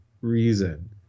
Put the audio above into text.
reason